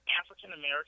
African-American